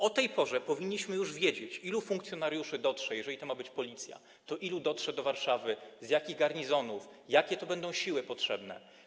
O tej porze powinniśmy już wiedzieć, ilu funkcjonariuszy dotrze, jeżeli to ma być policja, do Warszawy, z jakich garnizonów, jakie będą siły potrzebne.